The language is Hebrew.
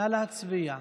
נא להצביע.